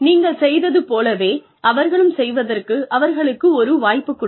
நீங்கள் செய்வது போலவே அவர்களும் செய்வதற்கு அவர்களுக்கு ஒரு வாய்ப்பு கொடுங்கள்